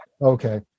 Okay